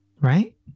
right